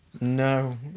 No